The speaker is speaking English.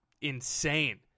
insane